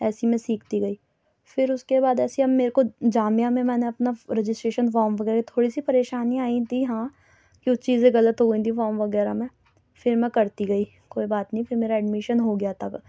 ایسے ہی میں سیکھتی گٮٔی پھر اُس کے بعد ایسے ہی اب میرے کو جامعہ میں میں نے اپنا رجسٹریشن فام وغیرہ تھوڑی سی پریشانیاں آئیں تھیں ہاں کچھ چیزیں غلط ہو گئی تھیں فام وغیرہ میں پھر میں کرتی گئی کوئی بات نہیں پھر میرا ایڈمیشن ہو گیا تھا تب